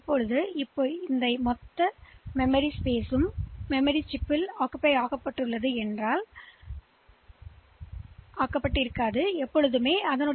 இப்போது முழு மெமரி இடமும் ரசிகன் மெமரி சில்லுகளால் ஆக்கிரமிக்கப்பட்டுள்ளது என்று நான் கருதினால் உண்மையான மெமரி அமைப்பு 64 கி க்கும் குறைவாக கிடைத்தது அல்ல